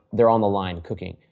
they are on the line cooking.